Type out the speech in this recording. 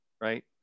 right